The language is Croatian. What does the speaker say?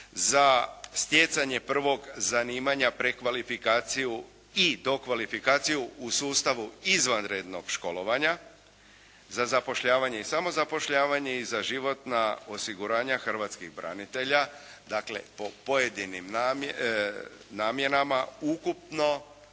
za stjecanje prvog zanimanja, prekvalifikaciju i dokvalifikaciju u sustavu izvanrednog školovanja, za zapošljavanje i samozapošljavanje i za životna osiguranja hrvatskih branitelja dakle, po pojedinim namjenama ukupno